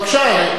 בבקשה,